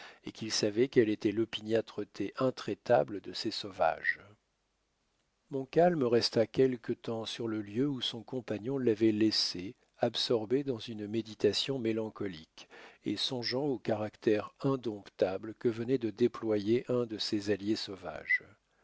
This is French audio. et qu'ils savaient quelle était l'opiniâtreté intraitable de ces sauvages montcalm resta quelque temps sur le lieu où son compagnon l'avait laissé absorbé dans une méditation mélancolique et songeant au caractère indomptable que venait de déployer un de ses alliés sauvages